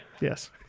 Yes